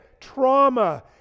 trauma